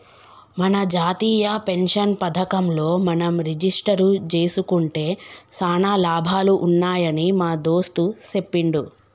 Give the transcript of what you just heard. మన జాతీయ పెన్షన్ పథకంలో మనం రిజిస్టరు జేసుకుంటే సానా లాభాలు ఉన్నాయని మా దోస్త్ సెప్పిండు